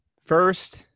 first